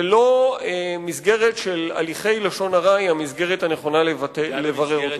ולא מסגרת של הליכי לשון הרע היא המסגרת הנכונה לברר אותו.